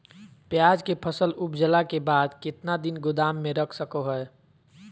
प्याज के फसल उपजला के बाद कितना दिन गोदाम में रख सको हय?